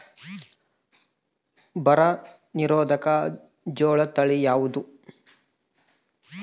ಬರ ನಿರೋಧಕ ಜೋಳ ತಳಿ ಯಾವುದು?